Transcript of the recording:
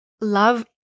love